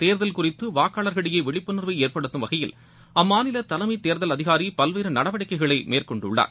தேர்தல் குறித்து வாக்காளர்களிடையே விழிப்புணர்வை ஏற்படுத்தும் வகையில் அம்மாநிலத் தலைமைத் தேர்தல் அதிகாரி பல்வேறு நடவடிக்கைகளை மேற்கொண்டுள்ளார்